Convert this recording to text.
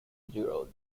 zeros